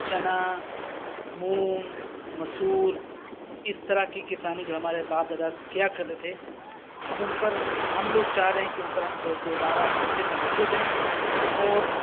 چنا مونگ مسور اس طرح کی کسانی جو ہمارے باپ داد کیا کرتے تھے ہم ان پر ہم لوگ چاہ رہے ہیں کہ ان پر ہم دو دوبارہ پھر سے توجہ دیں اور